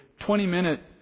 20-minute